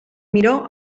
miró